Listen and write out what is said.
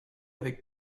avec